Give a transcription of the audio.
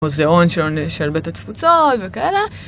מוזיאון של בית התפוצות וכאלה.